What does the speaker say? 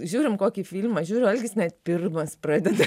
žiūrim kokį filmą žiūriu algis net pirmas pradeda